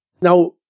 Now